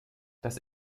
das